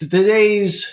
Today's